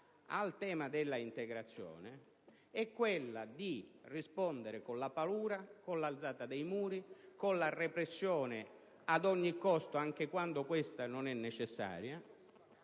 al tema dell'integrazione: quella di rispondere con la paura, con l'alzata dei muri, con la repressione a ogni costo, anche quando questa non è necessaria,